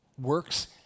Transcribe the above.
works